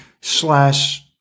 slash